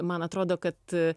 man atrodo kad